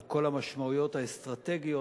על כל המשמעויות האסטרטגיות,